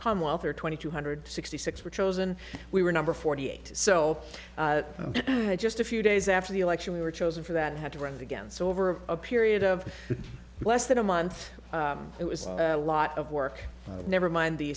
commonwealth or twenty two hundred sixty six were chosen we were number forty eight so just a few days after the election we were chosen for that had to run again so over a period of less than a month it was a lot of work never mind the